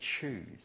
choose